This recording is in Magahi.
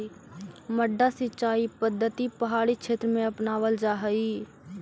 मड्डा सिंचाई पद्धति पहाड़ी क्षेत्र में अपनावल जा हइ